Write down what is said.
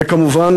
וכמובן,